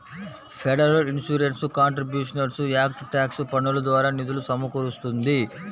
federal insurance contributions act tax పన్నుల ద్వారా నిధులు సమకూరుస్తుంది